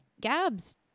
gab's